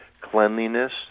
cleanliness